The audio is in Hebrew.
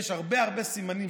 יש הרבה הרבה סימנים